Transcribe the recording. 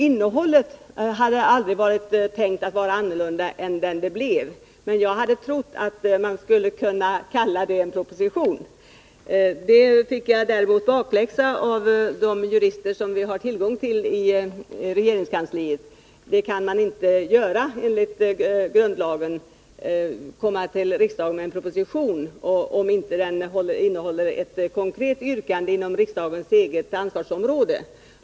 Innehållet hade aldrig varit tänkt att vara annorlunda än vad det blev, och jag trodde att man skulle kunna kalla det en proposition. Jag fick emellertid bakläxa av de jurister som vi har tillgång till i kanslihuset. Enligt grundlagen kan regeringen inte komma till riksdagen med en proposition, om den inte innehåller ett konkret yrkande inom riksdagens eget ansvarsområde.